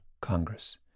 Congress